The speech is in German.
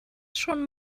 schon